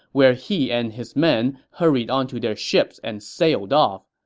where he and his men hurried onto their ships and sailed off.